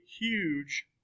huge